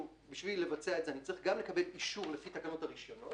בשביל לבצע את זה אני צריך גם לקבל אישור לפי תקנות הרישיונות